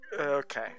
Okay